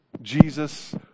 Jesus